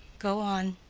go on,